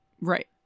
Right